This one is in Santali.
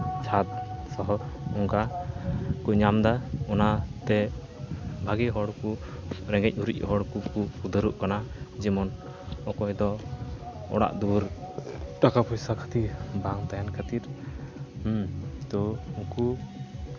ᱪᱷᱟᱸᱫᱽ ᱥᱚᱦᱚ ᱚᱱᱠᱟ ᱠᱚ ᱧᱟᱢᱫᱟ ᱚᱱᱟᱛᱮ ᱵᱷᱟᱜᱮ ᱦᱚᱲ ᱠᱚ ᱨᱮᱸᱜᱮᱡ ᱚᱨᱮᱡ ᱦᱚᱲᱠᱚ ᱩᱫᱷᱟᱹᱨᱚᱜ ᱠᱟᱱᱟ ᱡᱮᱢᱚᱱ ᱚᱠᱚᱭ ᱫᱚ ᱚᱲᱟᱜ ᱫᱩᱣᱟᱹᱨ ᱴᱟᱠᱟ ᱯᱚᱭᱥᱟ ᱠᱷᱟᱹᱛᱤᱨ ᱵᱟᱝ ᱛᱟᱦᱮᱱ ᱠᱷᱟᱹᱛᱤᱨ ᱛᱚ ᱩᱱᱠᱩ